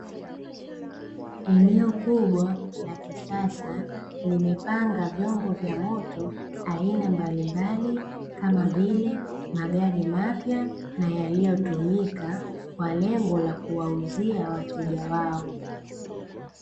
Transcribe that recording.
Eneo kubwa la kisasa limepanga vyombo vya moto aina mbalimbali kama vile magari mapya na yaliyotumika kwa lengo la kuwauzia wateja wao.